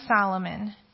Solomon